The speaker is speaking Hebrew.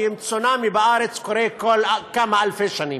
צונאמי בארץ קורה כל כמה אלפי שנים,